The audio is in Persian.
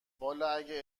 والا، اگه